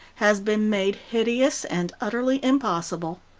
has been made hideous and utterly impossible.